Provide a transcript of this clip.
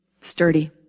sturdy